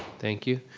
thank you.